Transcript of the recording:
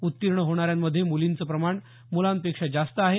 उत्तीर्ण होणाऱ्यांमध्ये मुलींचं प्रमाण मुलांपेक्षा जास्त आहे